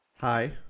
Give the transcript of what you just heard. Hi